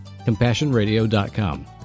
CompassionRadio.com